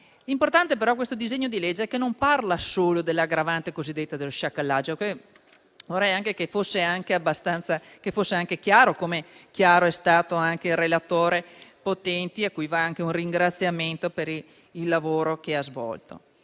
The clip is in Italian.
L'importanza di questo disegno di legge è che non tratta solo dell'aggravante cosiddetta dello sciacallaggio e vorrei che fosse chiaro, come lo è stato anche il relatore Potenti, a cui va anche un ringraziamento per il lavoro che ha svolto.